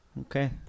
Okay